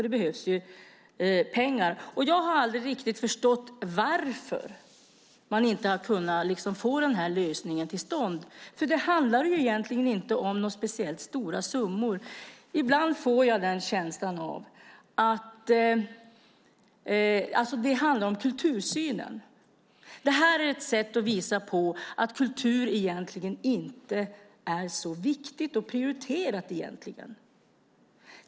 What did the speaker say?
Det behövs pengar. Jag har aldrig förstått varför man inte har kunnat få till stånd lösningen. Det handlar inte om speciellt stora summor. Ibland får jag känslan av att det handlar om kultursynen. Det här är ett sätt att visa att kultur inte är så viktigt och prioriterat.